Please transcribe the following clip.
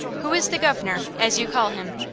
who is the guv'nor, as you call him?